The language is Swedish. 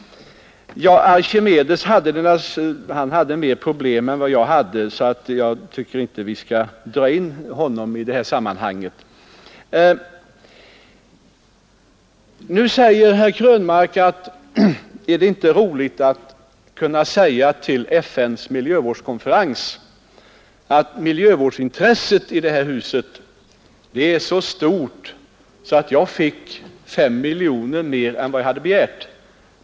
Archimedes hade större problem än jag, så jag tycker inte att vi skall dra in honom i detta sammanhang. Nu säger herr Krönmark: Vore det inte roligt att kunna säga till FN:s miljövårdskonferens att miljövårdsintresset i det här huset är så stort att jag fick 5 miljoner mer än vad jag begärt?